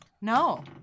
No